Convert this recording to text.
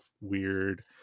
weird